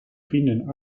vrienden